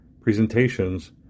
presentations